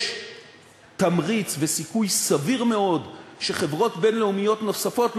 יש תמריץ וסיכוי סביר מאוד שחברות בין-לאומיות נוספות,